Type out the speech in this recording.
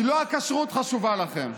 כי לא הכשרות חשובה לכם.